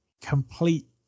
complete